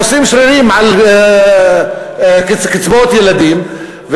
ועושים שרירים על קצבאות ילדים.